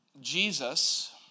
Jesus